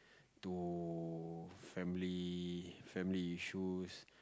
to family family issues